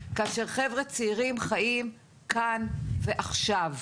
כאשר חבר'ה צעירים חיים כאן ועכשיו.